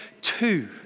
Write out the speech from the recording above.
two